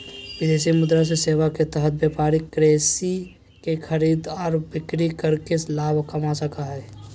विदेशी मुद्रा सेवा के तहत व्यापारी करेंसी के खरीद आर बिक्री करके लाभ कमा सको हय